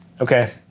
Okay